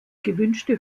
gewünschte